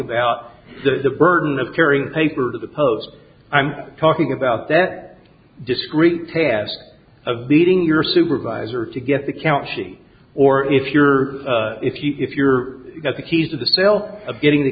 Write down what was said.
about the burden of carrying paper to the post i'm talking about that discreet task of beating your supervisor to get the county or if you're if you if you're at the keys of the sale of getting the